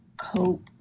Cope